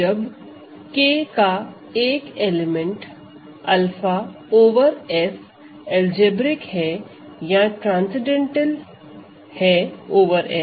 जब K का एक एलिमेंट 𝛂 ओवर F अलजेब्रिक है या ट्रांसेडेन्टल ओवर F